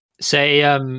Say